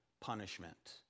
punishment